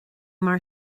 mar